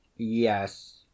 yes